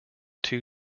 two